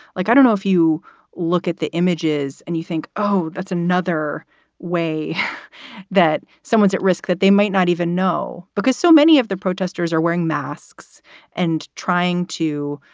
like, i don't know if you look at the images and you think, oh, that's another way that someone's at risk, that they might not even know because so many of the protesters are wearing masks and trying to,